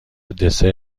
دسر